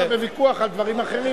התחלת בוויכוח על דברים אחרים,